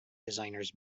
designers